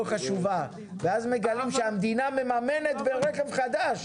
חשובה ואז מגלים שהמדינה מממנת ברכב חדש